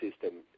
system